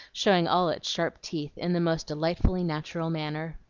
showing all its sharp teeth in the most delightfully natural manner.